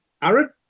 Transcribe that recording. Aaron